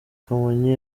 kamonyi